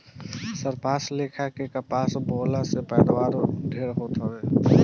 सरपास लेखा के कपास बोअला से पैदावार ढेरे हो तावे